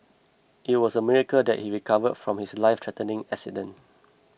it was a miracle that he recovered from his lifethreatening accident